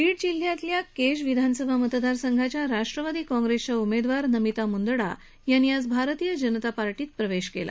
बीड जिल्ह्यातल्या केज विधानसभा मतदार संघाच्या राष्ट्रवादी काँग्रेसच्या उमेदवार नमिता मंदडा यांनी आज भारतीय जनता पार्टीत प्रवेश केला